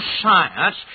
science